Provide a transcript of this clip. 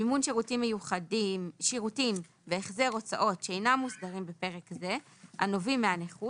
מימון שירותים והחזר הוצאות אינם מוסדרים בפרק זה הנובעים מהנכות,